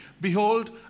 behold